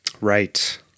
Right